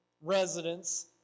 residents